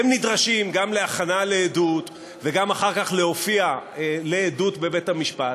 והם נדרשים גם להכנה לעדות וגם אחר כך להופיע לעדות בבית-המשפט,